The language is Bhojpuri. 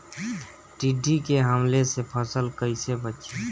टिड्डी के हमले से फसल कइसे बची?